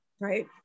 Right